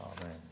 Amen